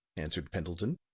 answered pendleton.